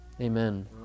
Amen